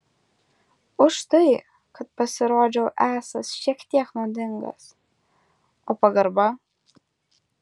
už tai kad pasirodžiau esąs šiek tiek naudingas o pagarba